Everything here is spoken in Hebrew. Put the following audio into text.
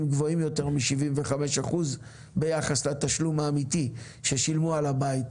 גבוהים יותר מ-75% ביחס לתשלום האמיתי ששילמו על הבית.